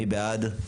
מי בעד?